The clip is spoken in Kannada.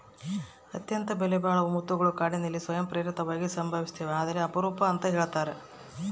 ಅತ್ಯಂತ ಬೆಲೆಬಾಳುವ ಮುತ್ತುಗಳು ಕಾಡಿನಲ್ಲಿ ಸ್ವಯಂ ಪ್ರೇರಿತವಾಗಿ ಸಂಭವಿಸ್ತವೆ ಆದರೆ ಅಪರೂಪ ಅಂತ ಹೇಳ್ತರ